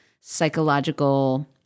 psychological